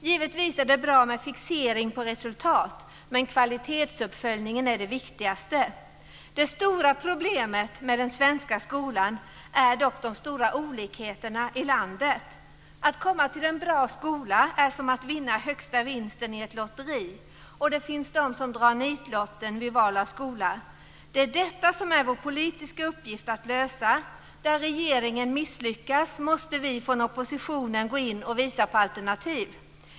Givetvis är det bra med fixering på resultat, men kvalitetsuppföljningen är det viktigaste. Det stora problemet med den svenska skolan är dock de stora olikheterna i landet. Att komma till en bra skola är som att vinna högsta vinsten i ett lotteri. Och det finns de som drar nitlotten vid val av skola. Det är detta som är vår politiska uppgift att lösa. Där regeringen misslyckas måste vi från oppositionen gå in och visa på alternativ.